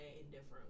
indifferent